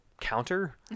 counter